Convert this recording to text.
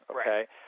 okay